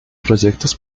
proyectos